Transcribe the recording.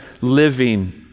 living